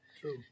true